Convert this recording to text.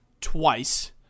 twice